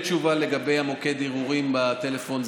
אין לי תשובה לגבי מוקד ערעורים בטלפון.